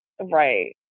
right